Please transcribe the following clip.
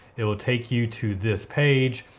it will take you to this page.